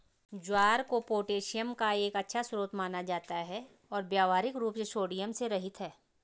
ज्वार को पोटेशियम का एक अच्छा स्रोत माना जाता है और व्यावहारिक रूप से सोडियम से रहित है